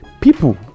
people